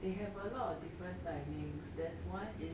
they have a lot of different timings there's one is